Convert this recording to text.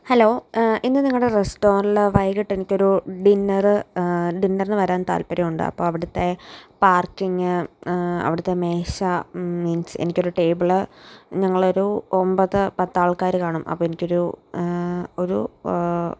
hello ഇന്ന് നിങ്ങളുടെ റസ്റ്റോറന്റില് വൈകിട്ട് എനിക്കൊരു ഡിന്നറ് ഡിന്നറിന് വരാൻ താല്പര്യമുണ്ട് അപ്പം അവിടുത്തെ പാർക്കിംഗ് അവിടുത്തെ മേശ മീൻസ് എനിക്കൊരു ടേബിള് ഞങ്ങളൊരു ഒമ്പത് പത്ത് ആൾക്കാര് കാണും അപ്പം എനിക്കൊരു ഒരു